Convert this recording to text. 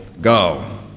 go